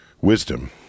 wisdom